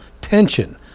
tension